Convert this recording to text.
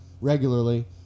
regularly